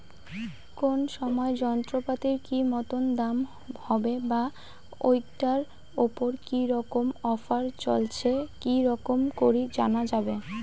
কোন সময় যন্ত্রপাতির কি মতন দাম হবে বা ঐটার উপর কি রকম অফার চলছে কি রকম করি জানা যাবে?